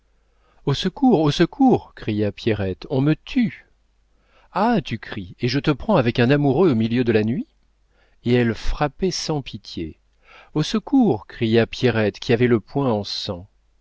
au secours au secours cria pierrette on me tue ah tu cries et je te prends avec un amoureux au milieu de la nuit et elle frappait sans pitié au secours cria pierrette qui avait le poing en sang